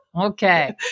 Okay